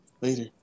later